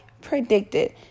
predicted